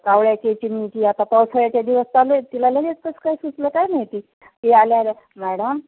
ते कावळ्याची चिमणीची आता पावसाळ्याचे दिवस चालू आहेत तिला लगेच कसं काय सुचलं काय माहिती ती आल्या आल्या मॅडम